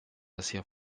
assez